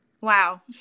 Wow